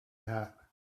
hat